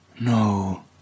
No